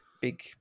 Big